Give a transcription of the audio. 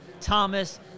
Thomas